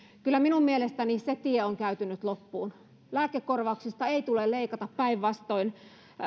kyllä minun mielestäni se tie on käyty nyt loppuun lääkekorvauksista ei tule leikata päinvastoin